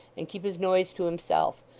and keep his noise to himself,